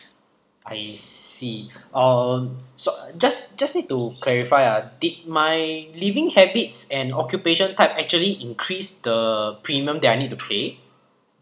I see uh so just just need to clarify ah did my living habits and occupation type actually increase the premium that I need to pay